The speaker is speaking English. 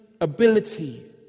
ability